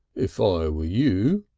if i were you,